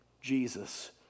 Jesus